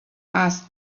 asked